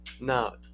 Now